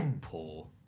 poor